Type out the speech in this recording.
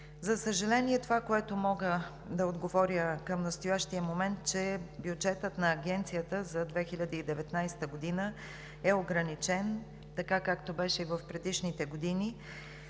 За съжаление, това, което мога да отговоря към настоящия момент, е, че бюджетът на Агенцията за 2019 г. е ограничен, както беше и в предишните години,